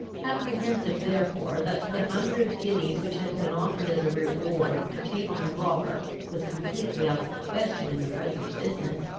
apprehensive therefore that the hundred guineas which had been offered as a reward for taking the robber was completely out of the question in the present business,